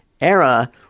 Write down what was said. era